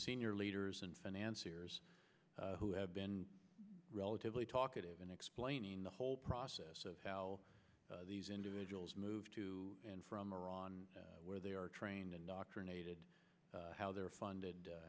senior leaders in finance ears who have been relatively talkative in explaining the whole process of how these individuals move to and from iran where they are trained indoctrinated how they're funded